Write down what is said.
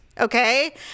okay